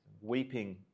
Weeping